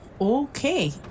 Okay